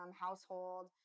household